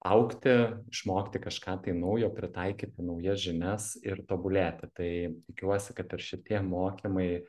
augti išmokti kažką tai naujo pritaikyti naujas žinias ir tobulėti tai tikiuosi kad ir šitie mokymai